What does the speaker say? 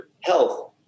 health